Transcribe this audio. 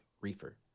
Reefer